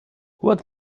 what